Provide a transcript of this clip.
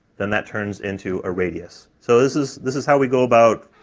then that turns into a radius. so this is, this is how we go about